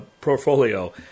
portfolio